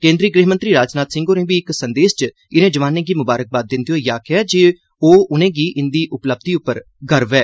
केन्द्री गृह मंत्री राजनाथ सिंह होरें बी इक संदेस च इनें जवानें गी मुबारकबाद दिंदे होई आखेआ ऐ जे ओह् उनें'गी इंदी उपलब्धिएं उप्पर गर्व ऐ